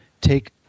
take